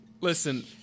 Listen